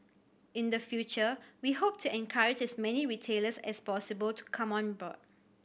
in the future we hope to encourage as many retailers as possible to come on board